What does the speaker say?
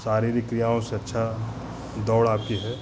शारीरिक क्रियाओं से अच्छा दौड़ आपकी है